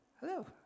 Hello